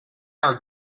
are